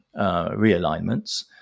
realignments